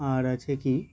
আর আছে কি